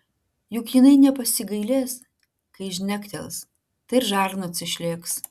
juk jinai nepasigailės kai žnektels tai ir žarnos išlėks